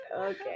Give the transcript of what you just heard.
okay